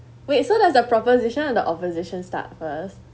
wait so there's a proposition and the opposition start first